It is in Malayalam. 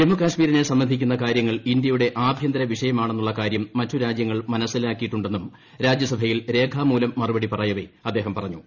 ജമ്മുകശ്മീരിനെ സംബന്ധിക്കുന്ന കാര്യങ്ങൾ ഇന്ത്യയുടെ ആഭ്യന്തര വിഷയമാണെന്നുളള കാര്യം മറ്റ് രാജ്യങ്ങൾ മനസ്സിലാക്കിയിട്ടുണ്ടെന്നും രാജ്യസഭയിൽ രേഖാമൂലം മറുപടി പറയ്വേ അദ്ദേഹം പറഞ്ഞു